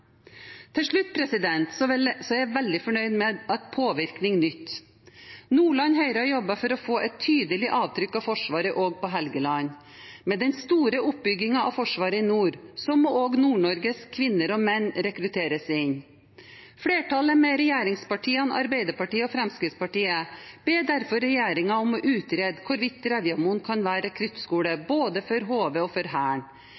Til slutt: Jeg er veldig fornøyd med at påvirkning nytter. Nordland Høyre har jobbet for å få et tydelig avtrykk av Forsvaret også på Helgeland. Med den store oppbyggingen av Forsvaret i nord må også Nord-Norges kvinner og menn rekrutteres inn. Flertallet, med regjeringspartiene, Arbeiderpartiet og Fremskrittspartiet, ber derfor regjeringen om å utrede hvorvidt Drevjamoen kan være rekruttskole, både for HV og for Hæren.